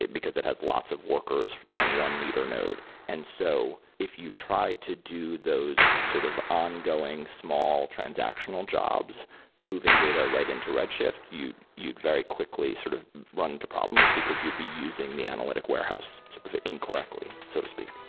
because it has lots of workers and one leader node and so if you tried to do those sort of ongoing, small transactional jobs moving data right into redshift, you'd you'd very quickly sort of run into problems, because you'd be using the analytic warehouse sort of incorrectly, so to speak